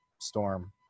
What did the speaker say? storm